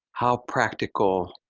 how practical